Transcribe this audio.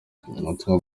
ubutumwa